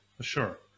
sure